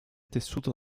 tessuto